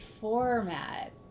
format